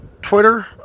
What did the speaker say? twitter